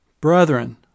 Brethren